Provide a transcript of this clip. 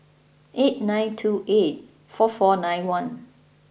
eight nine two eight four four nine one